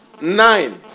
Nine